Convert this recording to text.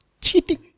cheating